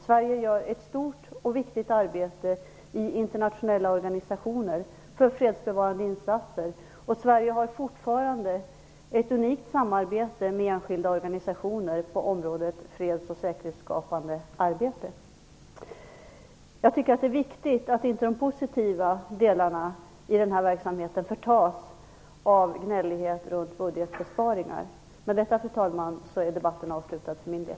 Sverige utför ett stort och viktigt arbete i internationella organisationer för fredsbevarande insatser. Sverige har fortfarande ett unikt samarbete med enskilda organisationer på området freds och säkerhetsskapande arbete. Jag tycker att det är viktigt att de positiva delarna i den här verksamheten inte förtas av gnällighet runt budgetbesparingar. Med detta, fru talman, är debatten avslutad för min del.